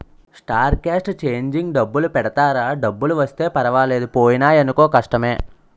star cast changing డబ్బులు పెడతారా డబ్బులు వస్తే పర్వాలేదు పోయినాయనుకో కష్టమే